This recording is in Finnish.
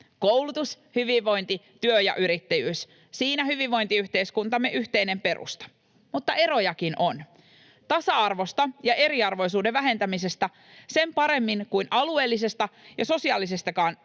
Koulutus, hyvinvointi, työ ja yrittäjyys — siinä hyvinvointiyhteiskuntamme yhteinen perusta. Mutta erojakin on. Tasa-arvosta ja eriarvoisuuden vähentämisestä sen paremmin kuin alueellisesta ja sosiaalisestakaan